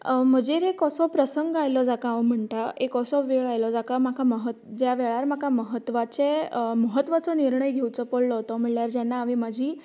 म्हजेर एक असो प्रसंग आयलो जाका हांव म्हणटा एक असो वेळ आयलो जाका म्हाका मह ज्या वेळार म्हाका म्हत्वाचे म्हत्वाचो निर्णय घेवचो पडलो तो म्हळ्यार जेन्ना हांवे म्हाजी